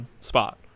spot